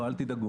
תן לו, תן לו.